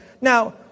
Now